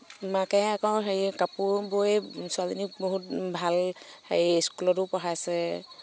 মাকে আকৌ হেৰি কাপোৰ বৈ ছোৱালীজনীক বহুত ভাল হেৰি স্কুলতো পঢ়াইছে